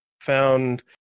found